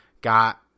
got